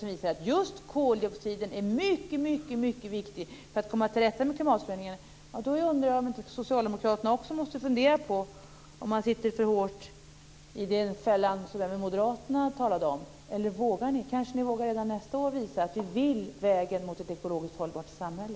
Om Alf Eriksson är så svävande när det gäller att höja skatterna för koldioxid, bensin och diesel undrar jag om inte socialdemokraterna också måste fundera på om man sitter för hårt i den fälla som moderaterna talade om. Eller vågar ni, kanske redan nästa år, visa att ni vill vägen mot ett ekologiskt hållbart samhälle?